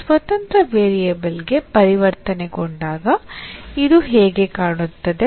ಈ ಸ್ವತಂತ್ರ ವೇರಿಯೇಬಲ್ಗೆ ಪರಿವರ್ತನೆಗೊಂಡಾಗ ಇದು ಹೇಗೆ ಕಾಣುತ್ತದೆ